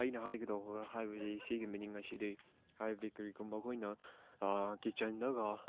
ꯑꯩꯅ ꯍꯥꯏꯒꯗꯧꯕ ꯍꯥꯏꯕꯗꯤ ꯁꯤꯒꯤ ꯃꯤꯅꯤꯡ ꯑꯁꯤꯗꯤ ꯍꯥꯏꯗꯤ ꯀꯔꯤꯒꯨꯝꯕ ꯑꯩꯈꯣꯏꯅ ꯀꯤꯠꯆꯟꯗꯒ